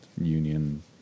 union